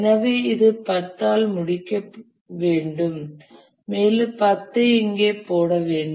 எனவே இது 10 ஆல் முடிக்க வேண்டும் மேலும் 10 ஐ இங்கே போட வேண்டும்